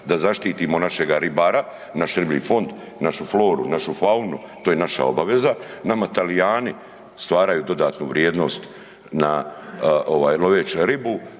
da zaštitimo našega ribara, naš riblji fond, našu floru, našu faunu to je naša obaveza. Nama Talijani stvaraju dodatnu vrijednost na ovaj loveći ribu,